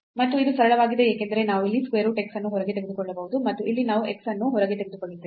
ಮತ್ತು ಇದು ಸರಳವಾಗಿದೆ ಏಕೆಂದರೆ ನಾವು ಇಲ್ಲಿ square root x ಅನ್ನು ಹೊರಗೆ ತೆಗೆದುಕೊಳ್ಳಬಹುದು ಮತ್ತು ಇಲ್ಲಿ ನಾವು x ಅನ್ನು ಹೊರಗೆ ತೆಗೆದುಕೊಳ್ಳುತ್ತೇವೆ